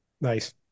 Nice